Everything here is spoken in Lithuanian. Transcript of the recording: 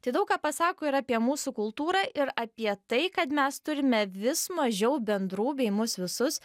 tai daug ką pasako ir apie mūsų kultūrą ir apie tai kad mes turime vis mažiau bendrų bei mus visus